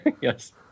Yes